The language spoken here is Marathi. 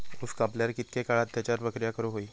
ऊस कापल्यार कितके काळात त्याच्यार प्रक्रिया करू होई?